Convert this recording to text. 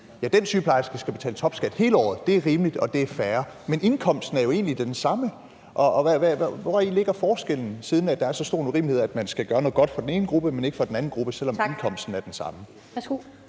tjente 550.000 kr., skal betale topskat hele året. Det er rimeligt, og det er fair. Men indkomsten er jo egentlig den samme. Hvori ligger forskellen, siden det er så stor en urimelighed, at man skal gøre noget godt for den ene gruppe, men ikke for den anden gruppe, selv om indkomsten er den samme?